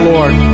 Lord